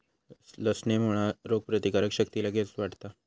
लसणेमुळा रोगप्रतिकारक शक्ती लगेच वाढता